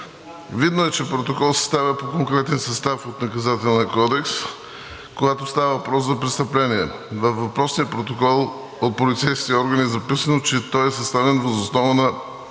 Видно е, че протокол се съставя по конкретен състав от Наказателния кодекс, когато става въпрос за престъпление. Във въпросния протокол от полицейските органи е записано, че той е съставен въз основа на